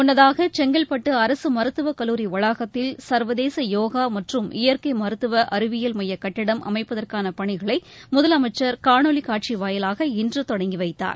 முன்னதாக செங்கல்பட்டு அரசு மருத்துவக்கல்லூரி வளாகத்தில் சர்வதேச யோகா மற்றும் இயற்கை மருத்துவ அறிவியல் மைய கட்டிடம் அமைப்பதற்கான பணிகளை முதலமைச்சர் காணொலி காட்சி வாயிலாக இன்று தொடங்கிவைத்தார்